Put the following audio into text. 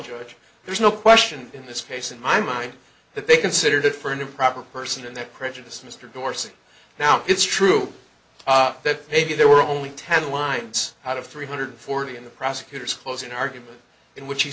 judge there's no question in this case in my mind that they considered for an improper person and that prejudice mr dorsey now it's true that maybe there were only ten lines out of three hundred forty in the prosecutor's closing argument in which he